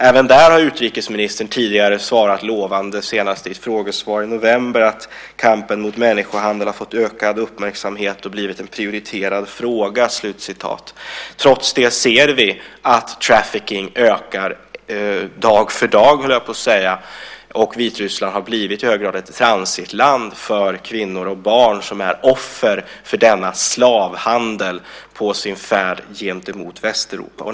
Även där har utrikesministern tidigare svarat lovande, senast i ett frågesvar i november, att "kampen mot människohandel har fått ökad uppmärksamhet och blivit en prioriterad fråga". Trots det ser vi att trafficking ökar - dag för dag, höll jag på att säga - och Vitryssland har i hög grad blivit ett transitland för kvinnor och barn som är offer för denna slavhandel på sin färd mot Västeuropa.